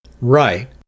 Right